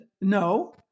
no